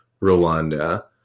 Rwanda